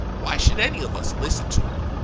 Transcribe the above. why should any of us listen to her?